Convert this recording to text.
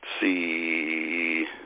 see